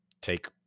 take